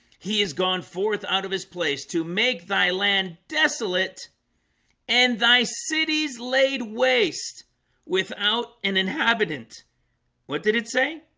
he has gone forth out of his place to make thy land desolate and thy cities laid waste without an inhabitant what did it say?